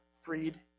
freed